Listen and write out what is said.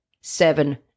Seven